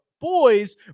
boys